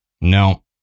No